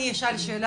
שאלה